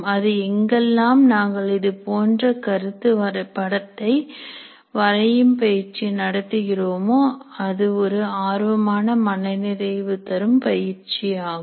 அது எங்கெல்லாம் நாங்கள் இதுபோன்ற கருத்து படத்தை வரையும் பயிற்சியை நடத்துகிறோமோ அது ஒரு ஆர்வமான மனநிறைவு தரும் பயிற்சியாகும்